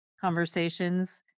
conversations